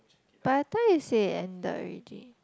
by the time you say it ended already